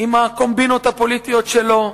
עם הקומבינות הפוליטיות שלו.